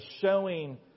showing